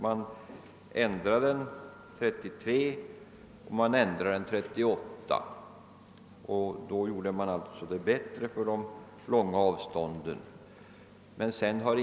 Man ändrade taxorna 1933 och 1938 och gjorde då taxorna för de långa avstånden billigare.